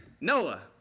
Noah